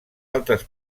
altres